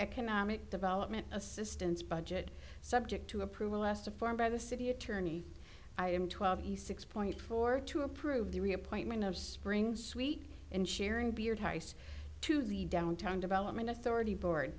economic development assistance budget subject to approval last a form by the city attorney i am twelve he six point four to approve the reappointment of spring sweet and sharing beer tice to the downtown development authority board